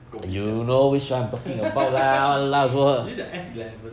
你又讲 as eleven